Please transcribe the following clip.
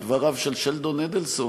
את דבריו של שלדון אדלסון: